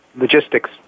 logistics